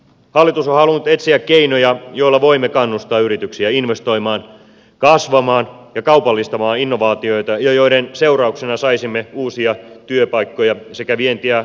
hallitus on halunnut etsiä keinoja joilla voimme kannustaa yrityksiä investoimaan kasvamaan ja kaupallistamaan innovaatioita ja joiden seurauksena saisimme uusia työpaikkoja sekä vienti ja verotuloja